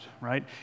right